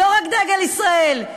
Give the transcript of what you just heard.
לא רק דגל ישראל.